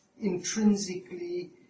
intrinsically